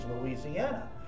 Louisiana